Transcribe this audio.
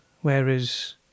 whereas